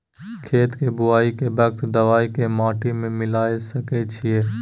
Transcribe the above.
खेत के बुआई के वक्त दबाय के माटी में मिलाय सके छिये?